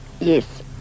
yes